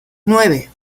nueve